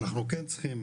אנחנו כן צריכים